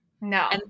No